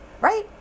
right